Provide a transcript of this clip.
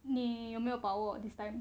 你有没有把握 this time